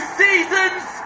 seasons